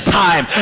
time